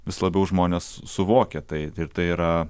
vis labiau žmonės suvokia tai ir tai yra